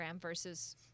versus